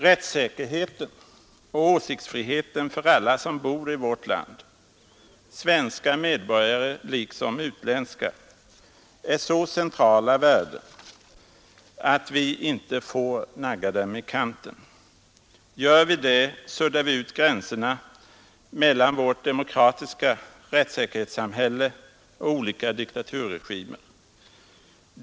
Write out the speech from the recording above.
Rättssäkerheten och åsiktsfriheten för alla som bor i vårt land, svenska medborgare liksom utländska, är så centrala värden att vi inte får nagga dem i kanten. Gör vi det suddar vi ut gränserna mellan vårt demokratiska rättssäkerhetssamhälle och olika diktaturregimer.